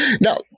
now